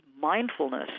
mindfulness